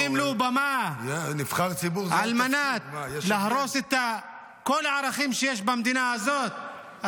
נותנים לו במה על מנת להרוס את כל הערכים שיש במדינה הזאת.